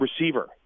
receiver